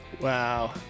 Wow